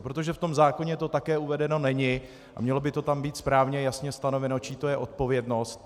Protože v tom zákoně to také uvedeno není a mělo by to tam být správně jasně stanoveno, čí to je odpovědnost.